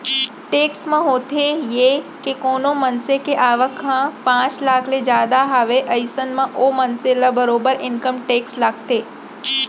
tax म होथे ये के कोनो मनसे के आवक ह पांच लाख ले जादा हावय अइसन म ओ मनसे ल बरोबर इनकम टेक्स लगथे